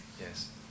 Yes